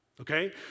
okay